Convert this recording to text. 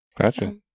gotcha